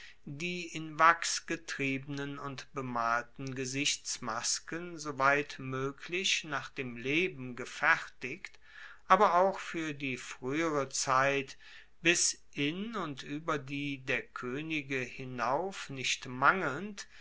die in wachs getriebenen und bemalten gesichtsmasken soweit moeglich nach dem leben gefertigt aber auch fuer die fruehere zeit bis in und ueber die der koenige hinauf nicht mangelnd